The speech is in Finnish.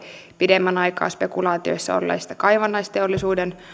pidemmän aikaa spekulaatioissa olleista kaivannaisteollisuuden